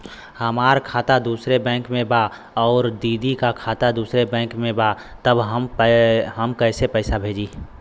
हमार खाता दूसरे बैंक में बा अउर दीदी का खाता दूसरे बैंक में बा तब हम कैसे पैसा भेजी?